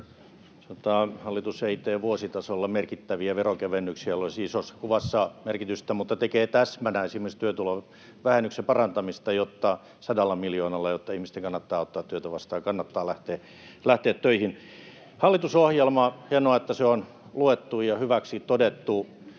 ei tee vuositasolla merkittäviä veronkevennyksiä, joilla olisi isossa kuvassa merkitystä, mutta tekee täsmänä esimerkiksi työtulovähennyksen parantamista 100 miljoonalla, jotta ihmisten kannattaa ottaa työtä vastaan ja kannattaa lähteä töihin. Hallitusohjelma — hienoa, että se on luettu ja hyväksi todettu